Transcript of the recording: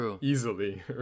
easily